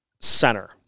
center